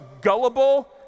gullible